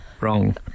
wrong